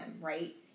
right